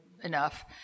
enough